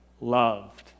loved